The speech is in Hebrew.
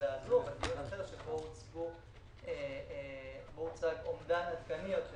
הוצג אומדן עדכני יותר